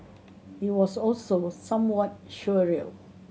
it was also somewhat surreal